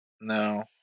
No